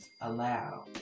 allow